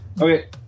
Okay